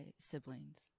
siblings